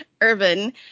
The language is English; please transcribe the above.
urban